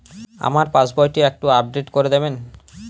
আমার পাসবই টি একটু আপডেট করে দেবেন?